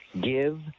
give